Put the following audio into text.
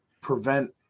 prevent